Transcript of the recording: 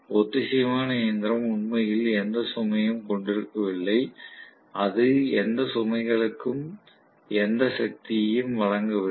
ஒத்திசைவான இயந்திரம் உண்மையில் எந்த சுமையும் கொண்டிருக்கவில்லை அது எந்த சுமைகளுக்கும் எந்த சக்தியையும் வழங்கவில்லை